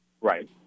Right